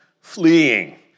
fleeing